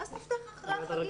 אז נפתח אחרי החגים.